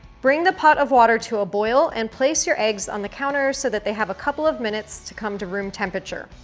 bring the pot of water to a boil and place your eggs on the counter so that they have a couple of minutes to come to room temperature.